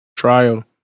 trial